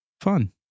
Fun